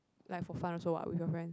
like for fun also what with your friends